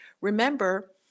Remember